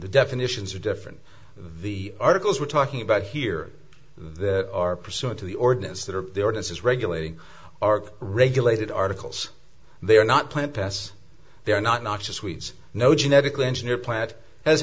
the definitions are different the articles we're talking about here that are pursuant to the ordinance that are there and says regulating are regulated articles they are not plant tests they are not noxious weeds no genetically engineer plant has